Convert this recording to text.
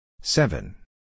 Seven